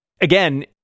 again